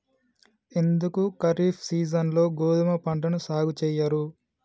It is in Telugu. ఎందుకు ఖరీఫ్ సీజన్లో గోధుమ పంటను సాగు చెయ్యరు?